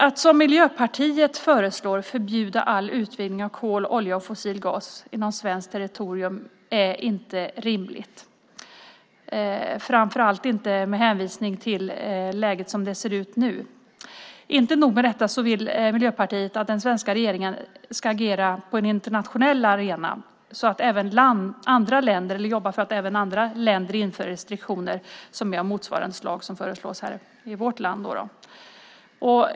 Att, som Miljöpartiet föreslår, förbjuda all utvinning av kol, olja och fossil gas inom svenskt territorium är inte rimligt, framför allt inte med hänvisning till läget nu. Inte nog med detta, Miljöpartiet vill även att den svenska regeringen ska agera på den internationella arenan och jobba för att även andra länder inför restriktioner som motsvarar vad som föreslås i vårt land.